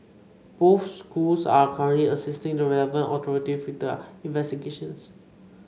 both schools are currently assisting the relevant authority with their investigations